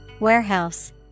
Warehouse